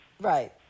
Right